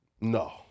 No